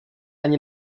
ani